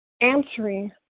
answering